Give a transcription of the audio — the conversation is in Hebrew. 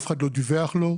אף אחד לא דיווח לו,